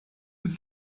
with